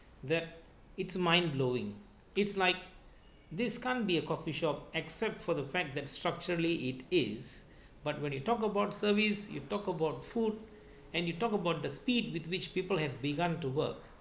that it's mind blowing it's like this can't be a coffeeshop except for the fact that structurally it is but when you talk about service you talk about food and you talk about the speed with which people have begun to work